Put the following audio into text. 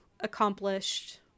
accomplished